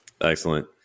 Excellent